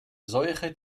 seuche